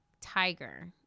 tiger